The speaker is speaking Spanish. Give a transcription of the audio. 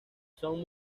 son